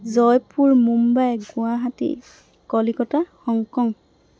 Jaipur Mumbai Guwahati Kolkata Hong Kong